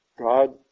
God